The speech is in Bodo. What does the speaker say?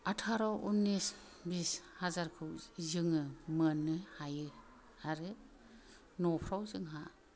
आथार' उन्निस बिस हाजारखौ जोङो मोन्नो हायो आरो न'फ्राव जोंहा